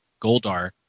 Goldar